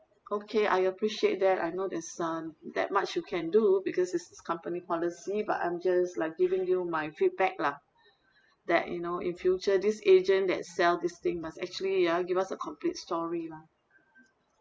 okay I appreciate that I know there's um that much you can do because it's it's company policy but I'm just like giving you my feedback lah that you know in future this agent that sell this thing must actually ah give us a complete story lah